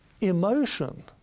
emotion